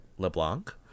LeBlanc